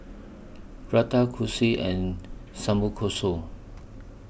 Raita Kulfi and Samgyeopsal